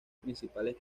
principales